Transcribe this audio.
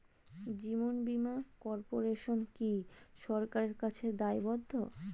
জীবন বীমা কর্পোরেশন কি সরকারের কাছে দায়বদ্ধ?